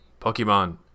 Pokemon